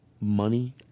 money